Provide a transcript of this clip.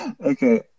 okay